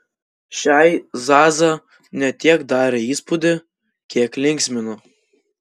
šiai zaza ne tiek darė įspūdį kiek linksmino